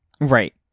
Right